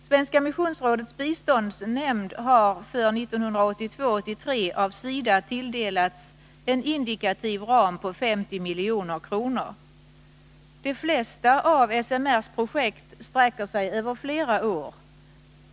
Svenska missionsrådets biståndsnämnd har för 1982/83 av SIDA tilldelats en indikativ ram på 50 milj.kr. De flesta av SMR:s projekt sträcker sig över flera år.